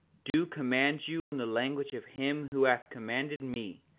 do command you in the language of him who hath commanded me,